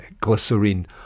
glycerine